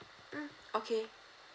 mm okay